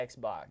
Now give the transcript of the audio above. Xbox